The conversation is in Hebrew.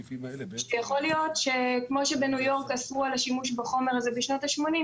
שיכול להיות שכמו שבניו יורק אסרו על השימוש בחומר הזה בשנות ה-80,